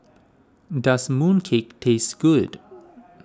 does Mooncake taste good